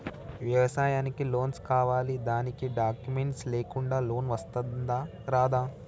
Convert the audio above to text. వ్యవసాయానికి లోన్స్ కావాలి దానికి డాక్యుమెంట్స్ లేకుండా లోన్ వస్తుందా రాదా?